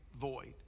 void